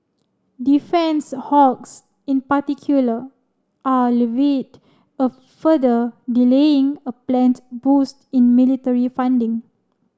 defence hawks in particular are livid at further delaying a planned boost in military funding